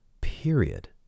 Period